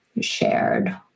shared